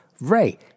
Ray